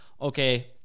okay